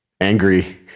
angry